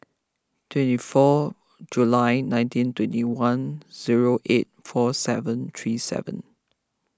twenty four July nineteen twenty one zero eight four seven three seven